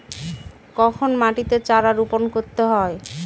কখন মাটিতে চারা রোপণ করতে হয়?